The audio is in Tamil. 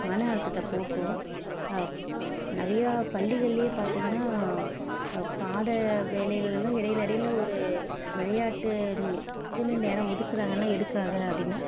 மன அழுத்தத்தை போக்கும் நிறையா பள்ளிகள்லேயே பார்த்திங்கன்னா பாட வேலையிலல்லாம் இடையில் இடையில் ஒரு விளையாட்டு நேரம் ஒதுக்குகிறாங்கன்னா எதுக்காக அப்படினா